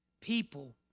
people